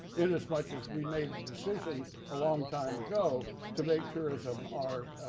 in as much as we made a decision a long time ago to make tourism our